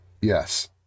yes